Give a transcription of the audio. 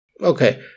Okay